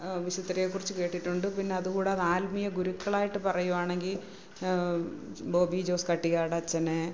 വിശുദ്ധരെകുറിച്ച് കേട്ടിട്ടുണ്ട് പിന്നെ അത്കൂടാതെ ആത്മീയ ഗുരുക്കളായിട്ട് പറയുവാണെങ്കിൽ ബോബിജോസ്കട്ടിയാട് അച്ഛനെ